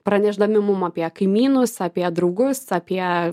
pranešdami mum apie kaimynus apie draugus apie